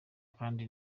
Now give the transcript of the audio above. kandi